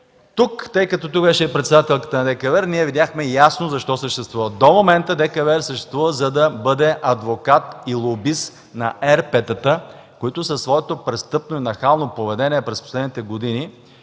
ДКЕВР? Тук беше председателката на ДКЕВР – ние ясно видяхме защо съществува. До момента ДКЕВР съществува, за да бъде адвокат и лобист на ЕРП-та, които със своето престъпно, нахално поведение през последните години